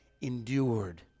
endured